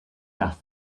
nach